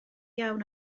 iawn